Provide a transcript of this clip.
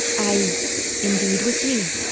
i indeede was he